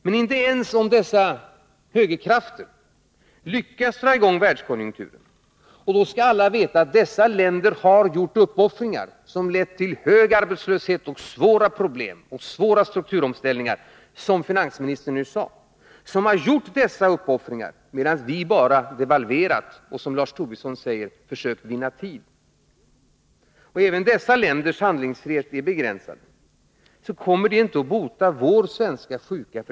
Men inte ens om dessa högerkrafter lyckas dra i gång världskonjunkturen — och då skall alla veta att dessa länder, vilka handlingsfrihet också är begränsad, har gjort uppoffringar som lett till hög arbetslöshet och svåra problem och svåra strukturomställningar, som vinansministern nyss sade, medan vi bara devalverat och, som Lars Tobisson sade, försökt vinna tid — så kommer det inte att bota vår svenska sjuka.